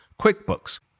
QuickBooks